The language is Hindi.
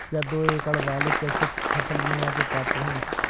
क्या दो एकड़ वाले कृषक फसल बीमा के पात्र हैं?